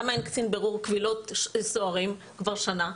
למה אין קצין בירור קבילות סוהרים כבר שנה?